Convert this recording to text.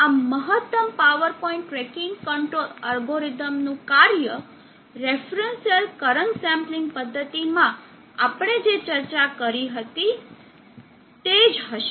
આમ મહત્તમ power point tracking control એલ્ગોરિધમનું કાર્ય રેફરન્સ સેલ કરંટ સેમ્પલિંગ પદ્ધતિ માં આપણે જે ચર્ચા કરી હતી તે જ હશે